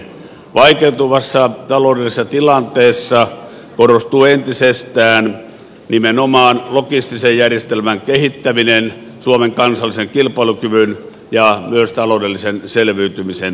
vaikeutuvassa taloudellisessa tilanteessa korostuu entisestään nimenomaan logistisen järjestelmän kehittäminen suomen kansallisen kilpailukyvyn ja myös taloudellisen selviytymisen näkökulmasta